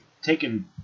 Taken